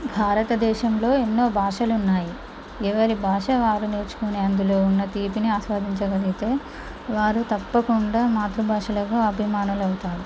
భారత దేశంలో ఎన్నో భాషలున్నాయి ఎవరి భాష వారు నేర్చుకొని అందులో ఉన్న తీపిని ఆస్వాదించ గలిగితే వారు తప్పకుండ మాతృ భాషలకు అభిమానులు అవుతారు